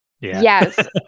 Yes